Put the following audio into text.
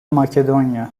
makedonya